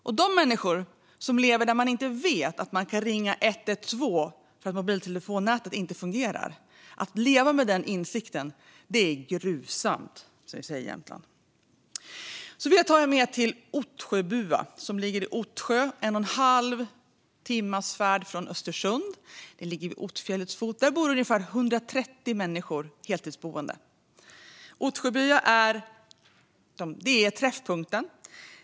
Det finns människor som lever där man inte vet om man kan ringa 112 eftersom mobilnätet inte fungerar. Att leva med den insikten är gruvsamt, som vi säger i Jämtland. Jag vill ta er med till Ottsjöbua. Det ligger i Ottsjö, en och en halv timmes färd från Östersund. Det ligger vid Ottfjällets fot. Där bor ungefär 130 människor på heltid. Ottsjöbua är träffpunkten.